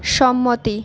সম্মতি